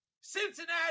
Cincinnati